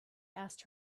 asked